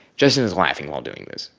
justin is laughing while doing this.